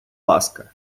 ласка